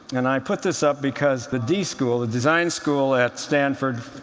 and i put this up because the d school, the design school at stanford,